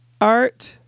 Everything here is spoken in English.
art